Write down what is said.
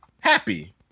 happy